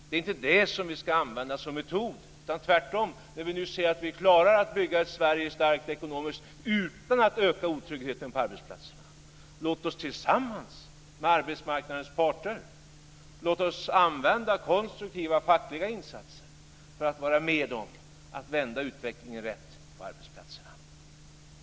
Det är inte det som ska användas som metod, Tvärtom, när vi nu ser att vi klarar att bygga ett starkt ekonomiskt Sverige utan att öka otryggheten på arbetsplatserna, låt oss tillsammans med arbetsmarknadens parter använda oss av konstruktiva fackliga insatser för att vara med om att vända utvecklingen rätt på arbetsplatserna.